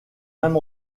même